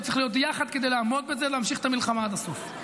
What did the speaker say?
וצריך להיות יחד כדי לעמוד בזה ולהמשיך את המלחמה עד הסוף.